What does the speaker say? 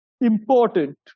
important